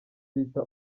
bita